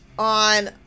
on